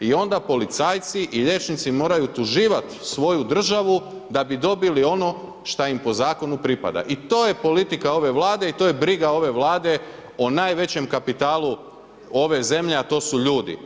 I onda policajci i liječnici moraju utuživat svoju državu da bi dobili ono šta im po Zakonu pripada, i to je politika ove Vlade, i to je briga ove Vlade o najvećem kapitalu ove zemlje, a to su ljudi.